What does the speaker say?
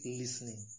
listening